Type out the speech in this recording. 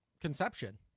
conception